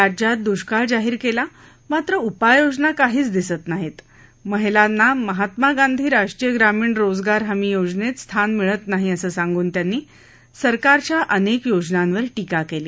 राज्यात दृष्काळ जाहीर केला मात्र उपाययोजना काहीच दिसत नाही महिलांना महात्मा गांधी राष्ट्रीय ग्रामीण रोजगार हमी योजनेत स्थान मिळत नाही असं सांगून त्यांनी सरकारच्या अनेक योजनांवर टीका केली